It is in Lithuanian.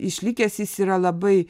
išlikęs jis yra labai